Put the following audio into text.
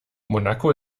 monaco